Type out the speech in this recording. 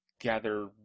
gather